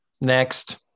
next